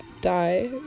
die